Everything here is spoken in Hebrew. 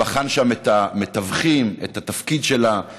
הוא בחן שם את המתווכים, את התפקיד של המנהיגים,